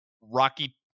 rocky